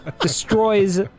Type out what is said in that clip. destroys